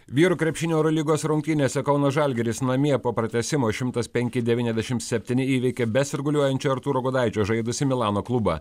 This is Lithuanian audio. vyrų krepšinio eurolygos rungtynėse kauno žalgiris namie po pratęsimo šimtas penki devyniasdešim septyni įveikė be sirguliuojančio artūro gudaičio žaidusį milano klubą